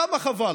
כמה חבל.